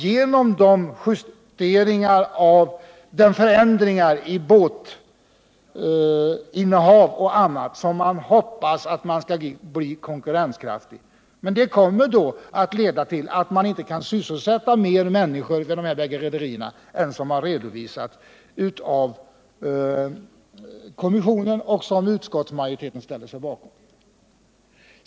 Det är genom förändringar av båtinnehav och annat som företaget hoppas bli konkurrenskraftigt. Men det kommer att leda till att företaget inte kan sysselsätta flera människor än som redovisas av kommissionen, en redovisning som utskottsmajoriteten ställer sig bakom.